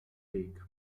weg